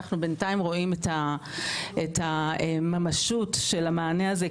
אנחנו בינתיים רואים את הממשות של המענה הזה,